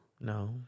No